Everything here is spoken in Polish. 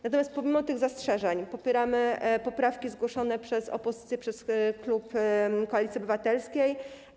Natomiast pomimo tych zastrzeżeń popieramy poprawki zgłoszone przez opozycję, przez klub Koalicji Obywatelskiej.